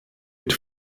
mit